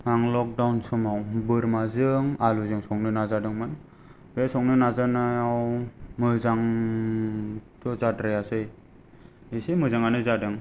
आं लकदाउन समाव बोरमाजों आलुजों संनो नाजादोंमोन बे संनो नाजानायाव मोजांथ' जाद्रायासै एसे मोजाङानो जादों